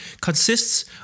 consists